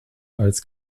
als